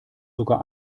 sogar